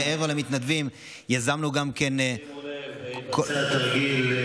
מעבר למתנדבים יזמנו גם, שימו לב: יתבצע תרגיל.